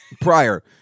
prior